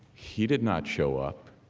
he did not show up.